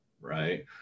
right